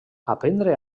aprendre